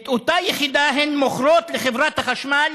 את אותה יחידה הן מוכרות לחברת החשמל